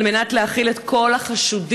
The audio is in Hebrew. על מנת להכיל את כל החשודים